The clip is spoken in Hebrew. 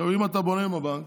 עכשיו, אם אתה בונה עם הבנק,